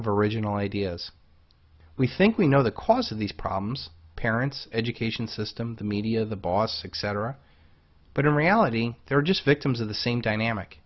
of original ideas we think we know the cause of these problems parents education system the media the boss successor but in reality they are just victims of the same dynamic